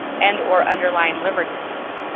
and or underlying liver disease.